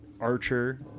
archer